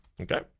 Okay